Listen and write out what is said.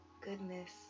goodness